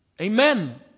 Amen